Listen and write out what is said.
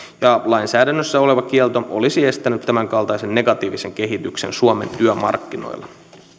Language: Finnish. lainsäädännössä oleva kielto olisi estänyt tämän kaltaisen negatiivisen kehityksen suomen työmarkkinoilla